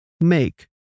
Make